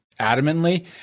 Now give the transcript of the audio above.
adamantly